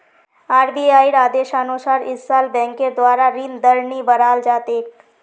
आरबीआईर आदेशानुसार इस साल बैंकेर द्वारा ऋण दर नी बढ़ाल जा तेक